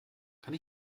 kann